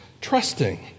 trusting